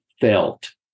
felt